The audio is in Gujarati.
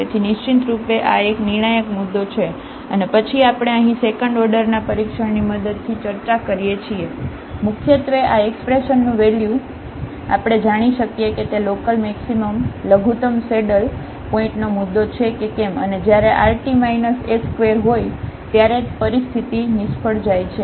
તેથી નિશ્ચિતરૂપે આ એક નિર્ણાયક મુદ્દો છે અને પછી આપણે અહીં સેકન્ડ ઓર્ડરના પરીક્ષણની મદદથી ચર્ચા કરીએ છીએ મુખ્યત્વે આ એક્સપ્રેશનનું વેલ્યુ આપણે જાણી શકીએ કે તે લોકલમેક્સિમમ લઘુતમ સેડલપોઇન્ટનો મુદ્દો છે કે કેમ અને જ્યારે rt s2 હોય ત્યારે પરિસ્થિતિ આ નિષ્ફળ જાય છે